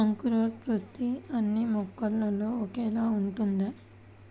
అంకురోత్పత్తి అన్నీ మొక్కల్లో ఒకేలా ఉంటుందా?